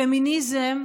פמיניזם,